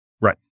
Right